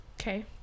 Okay